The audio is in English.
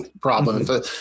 problem